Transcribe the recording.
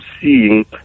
seeing